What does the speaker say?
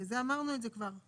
זה אמרנו את זה כבר.